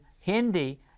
Hindi